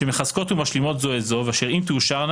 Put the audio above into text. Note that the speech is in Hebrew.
אשר מחזקות ומשלימות זו את זו ואשר אם תאושרנה,